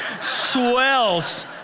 swells